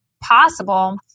possible